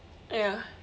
ya